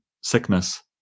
sickness